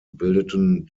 bildeten